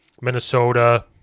Minnesota